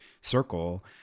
circle